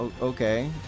Okay